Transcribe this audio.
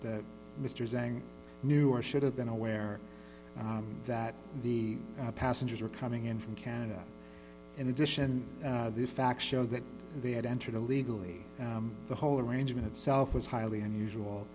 that mr zang knew or should have been aware that the passengers were coming in from canada in addition the facts show that they had entered illegally the whole arrangement itself was highly unusual